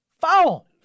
Foul